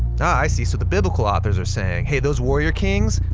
i see. so the biblical authors are saying, hey, those warrior kings,